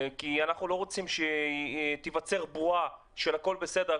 כי אנחנו לא רוצים שתיווצר בועה של הכל בסדר,